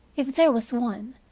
if there was one,